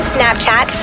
Snapchat